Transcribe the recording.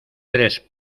tres